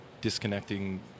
disconnecting